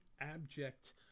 abject